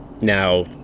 Now